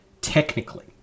technically